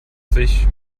sich